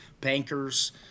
bankers